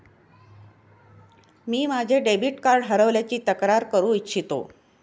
मी माझे debit card हरवल्याची तक्रार करू इच्छितो